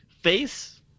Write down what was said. Face